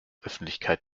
öffentlichkeit